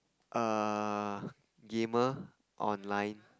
err gamer online